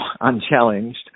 unchallenged